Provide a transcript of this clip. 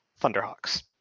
thunderhawks